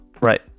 Right